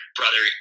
brother